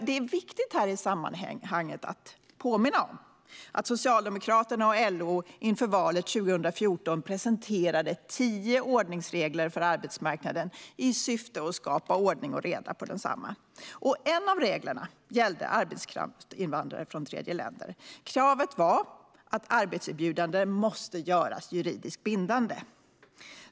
Det är viktigt att i sammanhanget påminna om att Socialdemokraterna och LO inför valet 2014 presenterade tio ordningsregler för arbetsmarknaden i syfte att skapa ordning och reda på densamma. En av reglerna gällde arbetskraftsinvandrare från tredjeländer. Kravet var att arbetserbjudande måste göras juridiskt bindande.